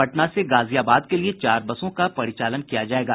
पटना से गाजियाबाद के लिये चार बसों का परिचालन किया जायेगा